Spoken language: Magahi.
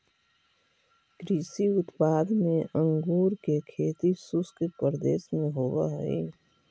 कृषि उत्पाद में अंगूर के खेती शुष्क प्रदेश में होवऽ हइ